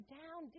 down